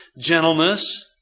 gentleness